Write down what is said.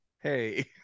hey